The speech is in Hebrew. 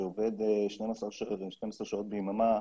שעובד 12 שעות ביממה,